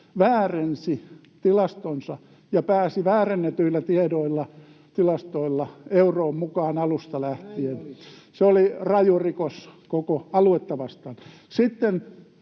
väärensi tilastonsa ja pääsi väärennetyillä tiedoilla ja tilastoilla euroon mukaan alusta lähtien. [Mika Niikko: Näin oli!] Se oli raju rikos koko aluetta vastaan.